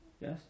Yes